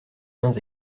mains